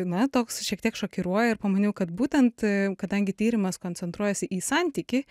na toks šiek tiek šokiruoja ir pamaniau kad būtent kadangi tyrimas koncentruojasi į santykį